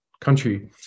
country